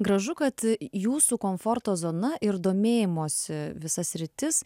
gražu kad jūsų komforto zona ir domėjimosi visas sritis